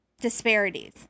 Disparities